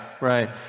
right